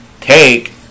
take